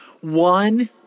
one